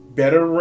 better